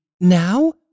now